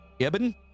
Eben